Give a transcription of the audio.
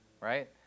right